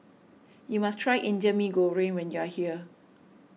you must try Indian Mee Goreng when you are here